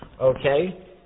Okay